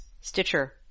Stitcher